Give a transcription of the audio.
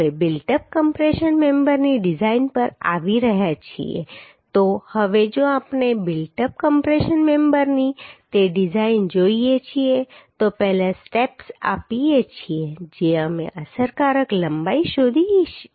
હવે built up compression મેમ્બરની design પર આવી રહ્યા છીએ તો હવે જો આપણે બિલ્ટ અપ કમ્પ્રેશન મેમ્બરની તે ડિઝાઈન જોઈએ છીએ તો પહેલા સ્ટેપ્સ આપીએ છીએ જે અમે અસરકારક લંબાઈ શોધીએ છીએ